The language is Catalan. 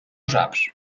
saps